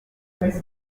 hafi